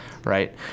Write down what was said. Right